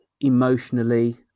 emotionally